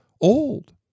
Old